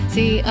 See